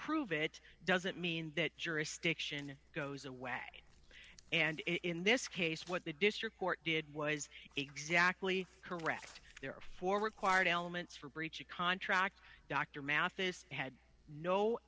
prove it doesn't mean that jurisdiction goes away and in this case what the district court did was exactly correct there are four required elements for breach of contract dr mathis had no